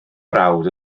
brawd